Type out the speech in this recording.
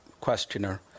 questioner